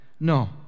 No